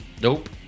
Nope